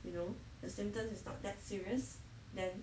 you know the symptoms is not that serious then